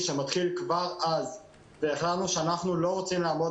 שמתחיל כבר אז והחלטנו שאנחנו לא רוצים לעמוד